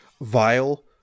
Vile